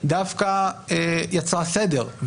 דווקא יצרה סדר.